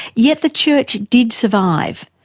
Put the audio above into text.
yet the church did survive.